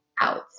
out